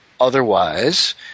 Otherwise